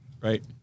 right